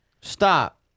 Stop